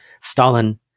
Stalin